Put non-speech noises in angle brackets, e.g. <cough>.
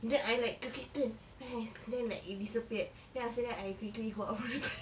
then I like quickly turn !hais! then like it disappeared then after that I quickly go out from the toilet <breath>